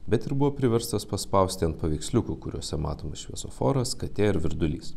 bet ir buvo priverstas paspausti ant paveiksliukų kuriuose matomas šviesoforas katė ar virdulys